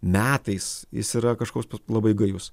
metais jis yra kažkoks labai gajus